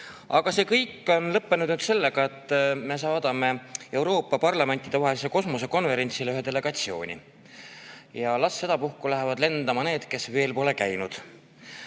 Aga see kõik on lõppenud nüüd sellega, et me saadame Euroopa Parlamentidevahelisele Kosmosekonverentsile ühe delegatsiooni. Ja las sedapuhku lähevad lendama need, kes veel pole käinud.